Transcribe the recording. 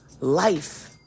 Life